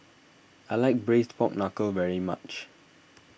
I like Braised Pork Knuckle very much